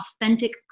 authentic